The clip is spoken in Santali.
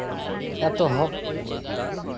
ᱮᱛᱚᱦᱚᱵ